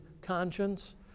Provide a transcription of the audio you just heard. conscience